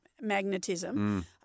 magnetism